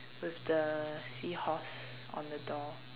with the seahorse on the door